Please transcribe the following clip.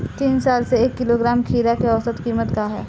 तीन साल से एक किलोग्राम खीरा के औसत किमत का ह?